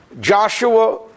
Joshua